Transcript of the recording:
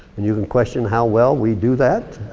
and you can question how well we do that,